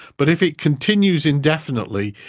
but if it continues indefinitely,